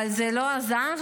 אבל זה לא עזר,